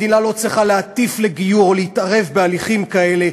מדינה לא צריכה להטיף לגיור או להתערב בהליכים כאלה.